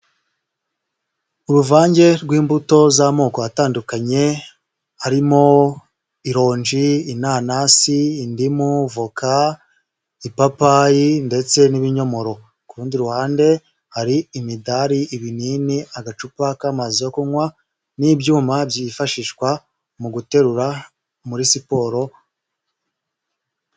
Uruvange rw'imbuto z'amoko atandukanye, harimo ironji, inanasi, indimu, voka, ipapayi ndetse n'ibinyomoro, ku rundi ruhande hari imidari, ibinini agacupa k'amazi yo kunywa n'ibyuma byifashishwa mu guterura muri siporo.